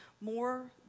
more